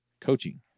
coaching